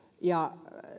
ja